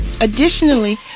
Additionally